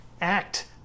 act